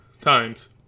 Times